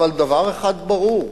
יכול להיות, אבל דבר אחד ברור,